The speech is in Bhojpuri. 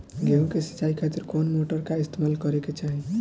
गेहूं के सिंचाई खातिर कौन मोटर का इस्तेमाल करे के चाहीं?